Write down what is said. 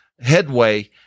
headway